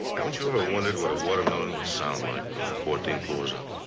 haven't you ever wondered what a watermelon would sound like from fourteen floors up?